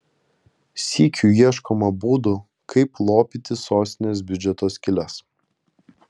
sykiu ieškoma būdų kaip lopyti sostinės biudžeto skyles